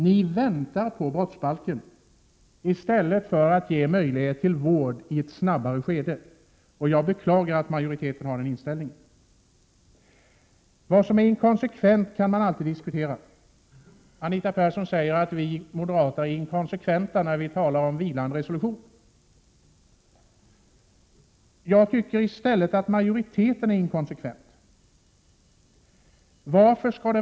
Ni väntar på brottsbalken i stället för att ge möjligheter till vård i ett tidigare skede, och jag beklagar att majoriteten har den inställningen. Vad som är inkonsekvent kan alltid diskuteras. Anita Persson säger att vi moderater är inkonsekventa när vi talar om vilande resolution. Jag tycker i stället att majoriteten är inkonsekvent.